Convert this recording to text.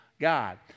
God